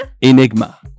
Enigma